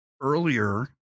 earlier